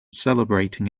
celebrating